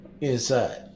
inside